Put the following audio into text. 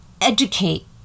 Educate